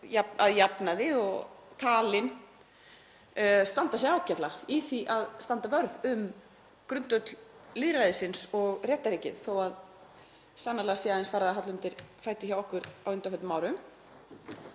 að jafnaði talin standa sig ágætlega í því að standa vörð um grundvöll lýðræðisins og réttarríkisins þó að sannarlega sé aðeins farið að halla undan fæti hjá okkur á undanförnum árum.